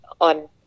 on